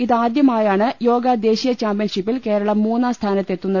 ഇതാദൃമായാണ് യോഗാ ദേശീയ ചാമ്പ്യൻഷിപ്പിൽ കേരളം മൂന്നാം സ്ഥാനത്ത് എത്തുന്നത്